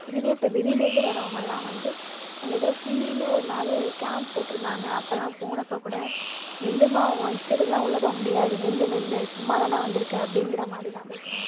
இதுவே இப்போ வெளியிலருந்து வரவுங்கள் எல்லாம் வந்து அங்கே எதோ ஃப்ரீன்னு ஒரு நாள் கேம்ப் போட்டுருந்தாங்க அப்பெல்லாம் போனப்போ கூட நில்லும்மா ஓ இஷ்டத்துக்கு எல்லாம் உள்ளே போக முடியாது நில்லு நில்லு சும்மா தானே வந்துருக்க அப்படிங்கிற மாதிரி தான் பேசுனாங்க